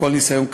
כל ניסיון,